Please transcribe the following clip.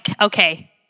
okay